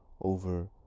over